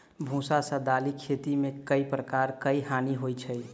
भुआ सँ दालि खेती मे केँ प्रकार केँ हानि होइ अछि?